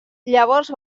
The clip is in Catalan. llavors